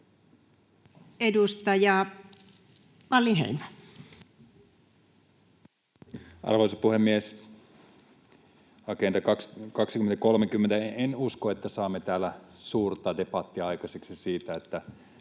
15:22 Content: Arvoisa puhemies! Agenda 2030 — en usko, että saamme täällä suurta debattia aikaiseksi siitä, onko